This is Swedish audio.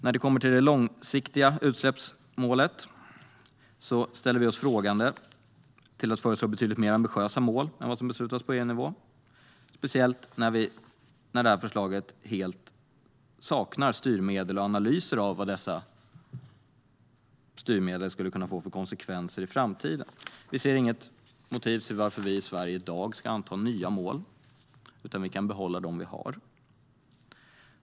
När det gäller det långsiktiga utsläppsmålet ställer vi oss frågande till att föreslå betydligt mer ambitiösa mål än vad som beslutats på EU-nivå, speciellt när detta förslag helt saknar styrmedel och analyser av vilka konsekvenser dessa styrmedel skulle kunna få i framtiden. Vi ser inget motiv till att vi i Sverige i dag ska anta nya mål. Vi kan behålla de mål som vi har.